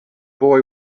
boy